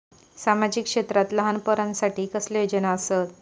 सामाजिक क्षेत्रांत लहान पोरानसाठी कसले योजना आसत?